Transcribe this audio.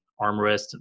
armrest